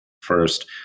first